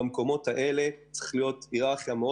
במקומות האלה צריכה להיות היררכיה מאוד